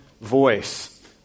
voice